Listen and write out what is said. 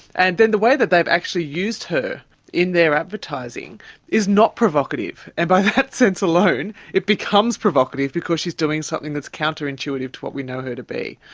and then the way that they've actually used her in their advertising is not provocative. and by that sense alone it becomes provocative, because she's doing something that's counterintuitive to what we know her to be.